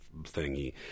thingy